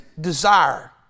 desire